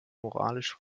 moralisch